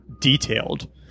detailed